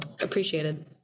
appreciated